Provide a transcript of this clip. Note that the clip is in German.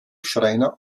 schreiner